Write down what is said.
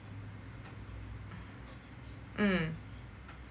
mm